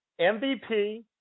MVP